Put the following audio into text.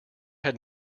had